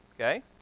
Okay